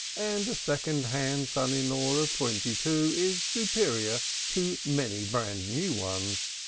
and a second-hand son-in-law of twenty-two is superior to many brand new ones.